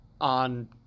on